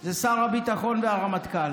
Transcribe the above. הם שר הביטחון והרמטכ"ל.